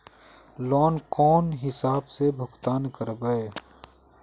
Loan कौन हिसाब से भुगतान करबे?